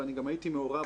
ואני גם הייתי מעורב,